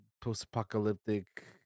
post-apocalyptic